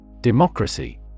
Democracy